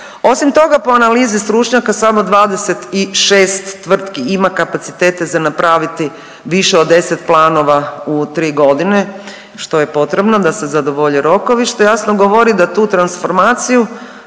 Osim toga po analizi stručnjaka samo 26 tvrtki ima kapacitete za napraviti više od 10 planova u 3 godine što je potrebno da se zadovolje rokovi što jasno govori da tu transformaciju